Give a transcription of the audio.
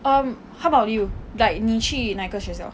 um how about you like 你去哪个学校